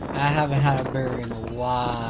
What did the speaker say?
i haven't had a burger in a while.